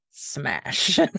smash